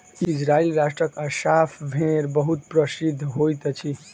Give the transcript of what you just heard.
Israel राष्ट्रक Assaf भेड़ बहुत प्रसिद्ध होइत अछि